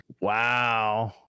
wow